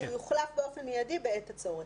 ושיוחלף באופן מיידי בעת הצורך.